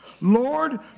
Lord